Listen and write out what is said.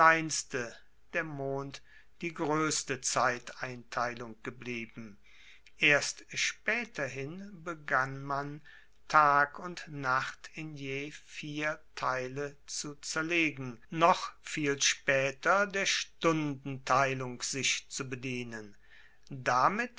der mond die groesste zeiteinteilung geblieben erst spaeterhin begann man tag und nacht in je vier teile zu zerlegen noch viel spaeter der stundenteilung sich zu bedienen damit